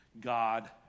God